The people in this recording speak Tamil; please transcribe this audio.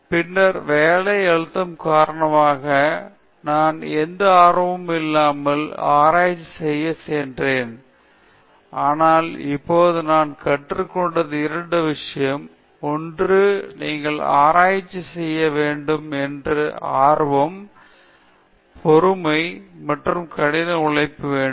பின்னர் வேலை அழுத்தம் காரணமாக நான் எந்த ஆர்வமும் இல்லாமல் ஆராய்ச்சி செய்ய தேர்வு செய்தேன் ஆனால் இப்போது நான் கற்றுகொண்டது இரண்டு விஷயம் ஒன்று நீங்கள் நல்ல ஆராய்ச்சி செய்ய வேண்டும் என்று ஆர்வம் பொறுமை மற்றும் கடின உழைப்பு வேண்டும்